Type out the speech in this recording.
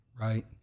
right